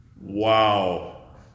Wow